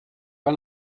pas